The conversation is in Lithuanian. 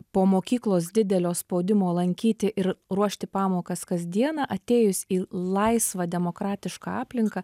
po mokyklos didelio spaudimo lankyti ir ruošti pamokas kas dieną atėjus į laisvą demokratišką aplinką